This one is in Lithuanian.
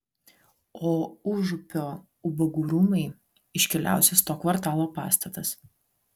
o užupio ubagų rūmai iškiliausias to kvartalo pastatas